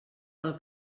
del